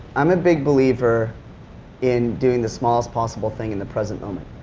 um a big believer in doing the smallest possible thing in the present moment